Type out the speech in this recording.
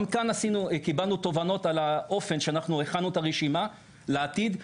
קיבלנו תובנות על האופן שאנחנו הכנו את הרשימה לעתיד,